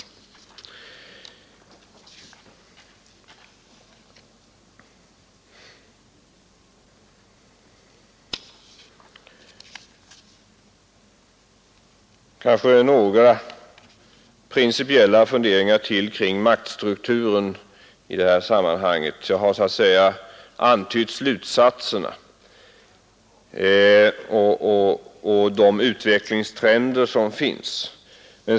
Jag vill anlägga ytterligare några principiella synpunkter på maktstrukturen i det här sammanhanget. Jag har så att säga antytt slutsatserna och de utvecklingstrender som finns.